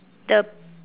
the